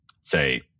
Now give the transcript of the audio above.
say